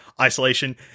Isolation